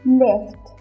left